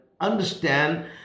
understand